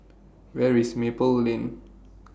Where IS Maple Lane